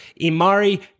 Imari